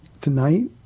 tonight